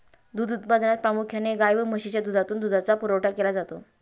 दूध उत्पादनात प्रामुख्याने गाय व म्हशीच्या दुधातून दुधाचा पुरवठा केला जातो